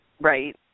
right